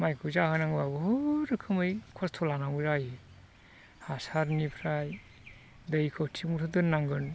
माइखौ जाहोनांगौआ बहुद रोखोमै खस्त' लानांगौ जायो हासारनिफ्राय दैखौ थिग मथे दोननांगोन